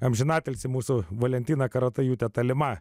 amžinatilsį mūsų valentina karatajūtė tolima